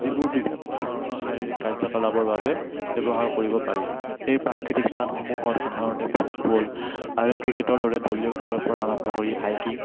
যিবোৰ বিভিন্ন ধৰণৰ শাৰীৰিক কাৰ্যকলাপৰ বাবে ব্যৱহাৰ কৰিব পাৰি এই প্ৰাকৃতিক স্থানসমূহত সাধাৰণতে ফুটবল আৰু ক্ৰিকেটৰ দৰে দলীয় খেলৰ পৰা আৰম্ভ কৰি হাইকিং